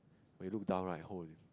when you look down right holy